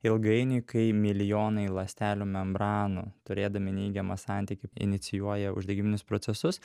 ilgainiui kai milijonai ląstelių membranų turėdami neigiamą santykį inicijuoja uždegiminius procesus